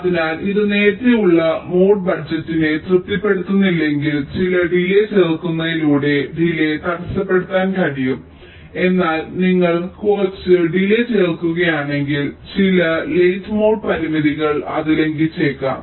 അതിനാൽ ഇത് നേരത്തെയുള്ള മോഡ് ബജറ്റിനെ തൃപ്തിപ്പെടുത്തുന്നില്ലെങ്കിൽ ചില ഡിലേയ് ചേർക്കുന്നതിലൂടെ ഡിലേയ് തടസ്സപ്പെടുത്താൻ കഴിയും എന്നാൽ നിങ്ങൾ കുറച്ച് ഡിലേയ് ചേർക്കുകയാണെങ്കിൽ ചില ലേറ്റ് മോഡ് പരിമിതികൾ അത് ലംഘിച്ചേക്കാം